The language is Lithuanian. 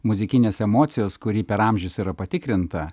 muzikinės emocijos kuri per amžius yra patikrinta